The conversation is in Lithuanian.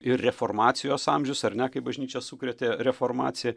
ir reformacijos amžius ar ne kai bažnyčią sukrėtė reformacija